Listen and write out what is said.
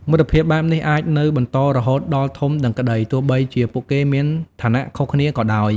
មិត្តភាពបែបនេះអាចនៅបន្តរហូតដល់ធំដឹងក្តី ទោះបីជាពួកគេមានឋានៈខុសគ្នាក៏ដោយ។